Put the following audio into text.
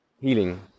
healing